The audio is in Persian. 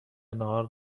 ناهار